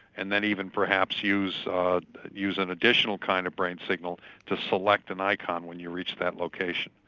and then even perhaps use use an additional kind of brain signal to select an icon when you reach that location.